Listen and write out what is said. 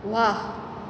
વાહ